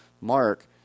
Mark